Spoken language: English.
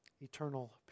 eternal